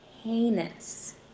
heinous